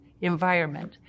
environment